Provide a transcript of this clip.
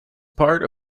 part